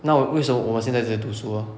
那为什么我们现在在读书 ah